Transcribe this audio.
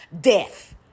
death